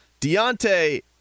Deontay